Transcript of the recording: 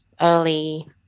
early